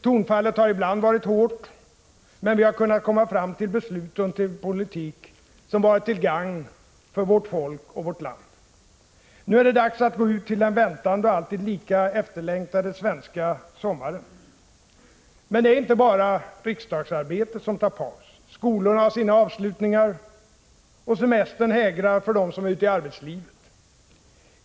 Tonfallet har ibland varit hårt, men vi har kunnat komma fram till beslut och till en politik som varit till gagn för vårt folk och vårt land. Nu är det dags att gå ut till den väntande och alltid lika efterlängtade svenska sommaren. Men det är inte bara riksdagsarbetet som tar paus. Skolorna har sina avslutningar, och semestern hägrar för dem som är ute i arbetslivet.